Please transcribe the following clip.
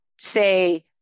say